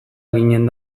eginen